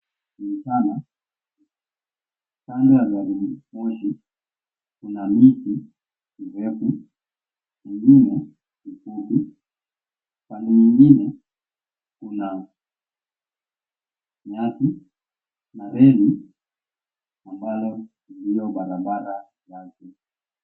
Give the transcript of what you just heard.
Mchana, kando ya gari moshi, kuna miti mizuri, nyingine mizuri. Upande mwingine kuna nyati na reli ambalo ni barabara yake.